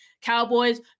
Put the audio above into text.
Cowboys